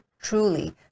truly